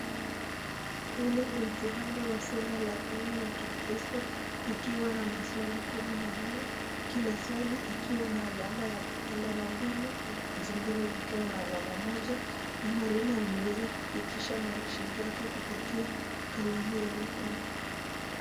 Hili ni mtihani wa somo la dini ya Kikristo ikiwa na maswali kumi na nne. Kila swali likiwa na alama mbili na zingine zikiwa na alama moja na mwalimu ameweza kupitisha maandishi yake kupitia kalamu yenye nyekundu.